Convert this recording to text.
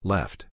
Left